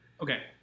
Okay